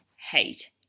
hate